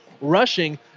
rushing